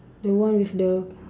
the one with the